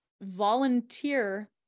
volunteer